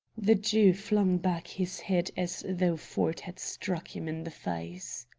the jew flung back his head as though ford had struck him in the face.